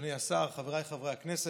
אדוני השר, חבריי חברי הכנסת,